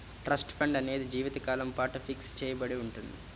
trust fund అనేది జీవితకాలం పాటు ఫిక్స్ చెయ్యబడి ఉంటుంది